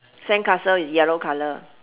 sandcastle is yellow colour